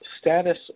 status